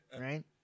right